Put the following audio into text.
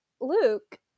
Luke